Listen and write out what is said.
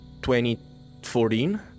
2014